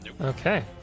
Okay